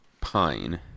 pine